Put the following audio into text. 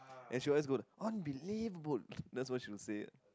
and she always go like unbelievable that's what she will say